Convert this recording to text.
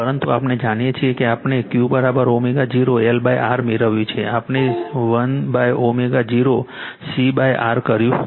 પરંતુ આપણે જાણીએ છીએ કે આપણે તે Q0ω0 LR મેળવ્યું છે આપણે 1ω0 C R કર્યું છે